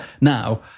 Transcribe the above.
now